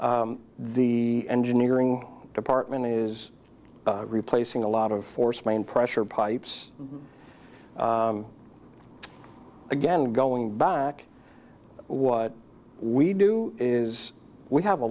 the engineering department is replacing a lot of force main pressure pipes again going back to what we do is we have a